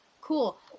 cool